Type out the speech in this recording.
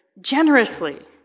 generously